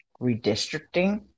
redistricting